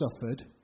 suffered